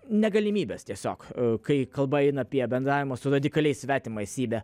negalimybės tiesiog kai kalba eina apie bendravimą su radikaliai svetima esybe